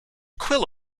quill